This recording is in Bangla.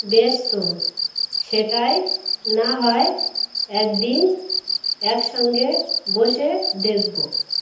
বসো সেটাই না হয় একদিন একসঙ্গে বসে দেখবো